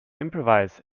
improvise